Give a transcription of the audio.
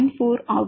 4 ஆகும்